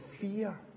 fear